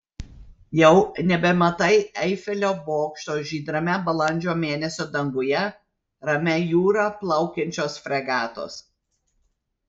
jau nebematai eifelio bokšto žydrame balandžio mėnesio danguje ramia jūra plaukiančios fregatos